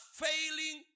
failing